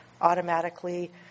automatically